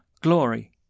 glory